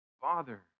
Father